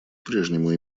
прежнему